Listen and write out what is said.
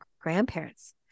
grandparents